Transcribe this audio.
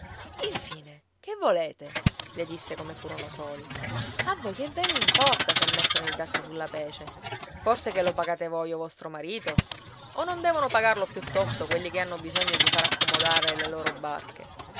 infine che volete le disse come furono soli a voi che ve ne importa se mettono il dazio sulla pece forse che lo pagate voi o vostro marito o non devono pagarlo piuttosto quelli che hanno bisogno di far accomodare le loro barche